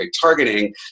targeting